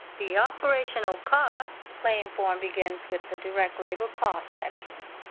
the operational cost claim form begins with the direct labor costs section.